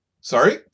Sorry